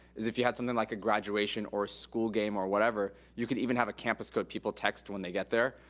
is if ya had something like a graduation or a school game or whatever, you could even have a campus code people text when they get there.